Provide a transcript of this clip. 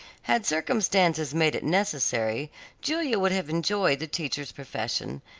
had circumstances made it necessary julia would have enjoyed the teacher's profession,